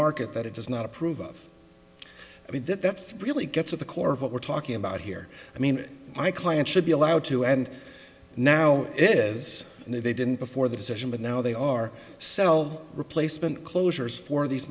market that it does not approve of i mean that that's really gets at the core of what we're talking about here i mean my client should be allowed to and now it is and if they didn't before the decision but now they are sell replacement closures for these